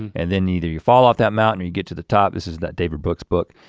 and then either you fall off that mountain, or you get to the top. this is that david brooks book,